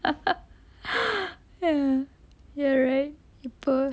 ya ya right இப்போ:ippo